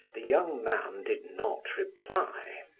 the young man did not reply.